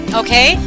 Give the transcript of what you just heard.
okay